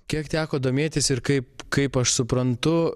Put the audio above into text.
kiek teko domėtis ir kaip kaip aš suprantu